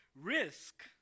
risk